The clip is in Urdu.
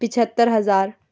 پچہتھر ہزار